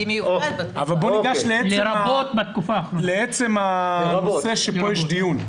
אבל בוא ניגש לעצם הנושא של הדיון.